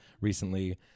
recently